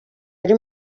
ari